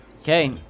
Okay